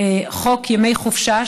חוק ימי חופשה,